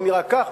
מי נראה כך,